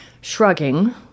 shrugging